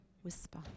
Whisper